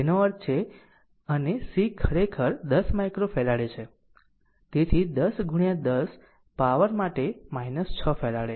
તેથી તેનો અર્થ છે અને C ખરેખર 10 માઈક્રોફેરાડે છે તેથી 10 10 પાવર માટે 6 ફેરાડે